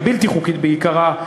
הבלתי-חוקית בעיקרה,